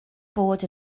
bod